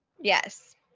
Yes